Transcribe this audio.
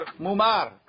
mumar